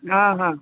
હઁ હઁ